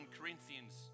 Corinthians